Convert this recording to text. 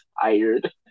tired